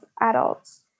adults